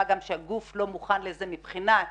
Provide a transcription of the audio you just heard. מה גם שהגוף לא מוכן לזה מבחינת